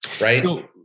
right